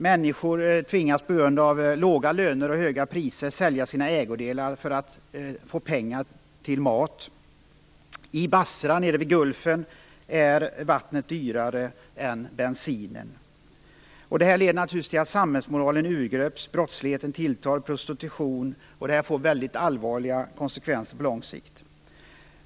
Människor tvingas på grund av låga löner och höga priser sälja sina ägodelar för att få pengar till mat. I Basra, nere vid gulfen, är vattnet dyrare än bensinen. Detta leder naturligtvis till att samhällsmoralen urgröps. Brottslighet och prostitution tilltar, och det får allvarliga konsekvenser på lång sikt.